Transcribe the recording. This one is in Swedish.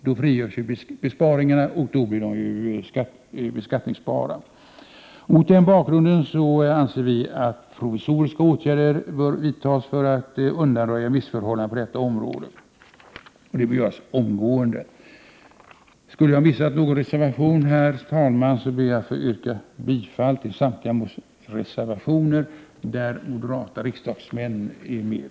Då frigörs besparingarna och då blir de beskattningsbara. Mot den bakgrunden anser vi att provisoriska åtgärder bör vidtas för att undanröja dessa missförhållanden. De bör vidtas omgående. Herr talman! Jag ber att få yrka bifall till samtliga reservationer där moderata riksdagsmän är med.